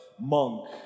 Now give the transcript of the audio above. monk